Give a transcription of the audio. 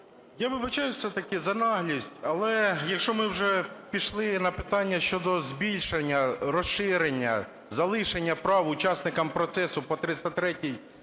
Я вибачаюсь все-таки за наглість, але якщо ми вже пішли на питання щодо збільшення, розширення, залишення прав учасникам процесу по 303-й